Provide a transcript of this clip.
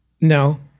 No